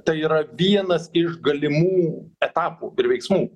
tai yra vienas iš galimų etapų ir veiksmų